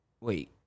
Wait